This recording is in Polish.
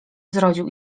zrodził